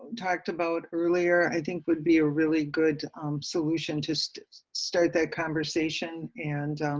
talked about earlier, i think would be a really good solution just start the conversation and